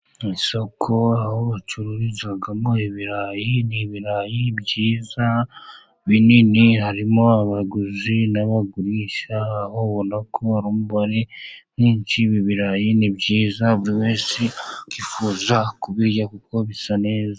Isoko aho bacururizamo ibirayi; ni ibirayi byiza binini harimo abaguzi n' abagurisha, aho ubona ko hari umubare mwinshi, ibi birayi ni byiza yiza buri wese yifuza kubirya kuko bisa neza.